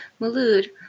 Malud